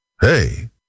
Hey